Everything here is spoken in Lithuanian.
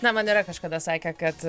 na man yra kažkada sakę kad